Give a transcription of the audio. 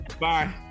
Bye